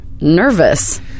nervous